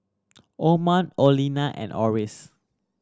Amon Orlena and Oris